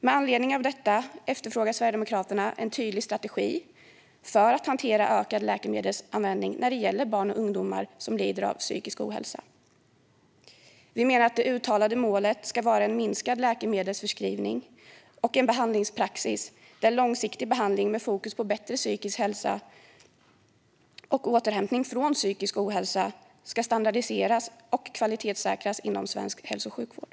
Med anledning av detta efterfrågar Sverigedemokraterna en tydlig strategi för att hantera ökad läkemedelsanvändning när det gäller barn och ungdomar som lider av psykisk ohälsa. Vi menar att det uttalade målet ska vara en minskad läkemedelsförskrivning och en behandlingspraxis där långsiktig behandling med fokus på bättre psykisk hälsa och återhämtning från psykisk ohälsa ska standardiseras och kvalitetssäkras inom svensk hälso och sjukvård.